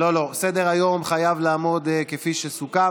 לא, לא, סדר-היום חייב לעמוד כפי שסוכם.